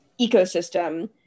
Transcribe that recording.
ecosystem